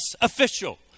official